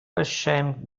ashamed